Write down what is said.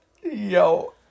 Yo